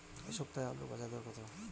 এ সপ্তাহে আলুর বাজার দর কত?